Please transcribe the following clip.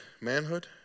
manhood